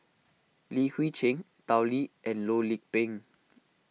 Li Hui Cheng Tao Li and Loh Lik Peng